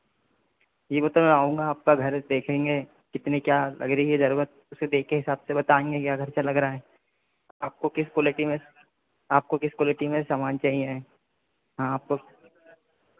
अब तो आऊँगा आपका घर देखेंगे कितने क्या लग रही है ज़रूरत उसे देख के हिसाब से बताएंगे क्या खर्चा लग रहा है आपको किस क्वालिटी में आपको किस क्वालिटी में सामान चाहिए हाँ आपको